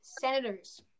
Senators